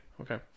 Okay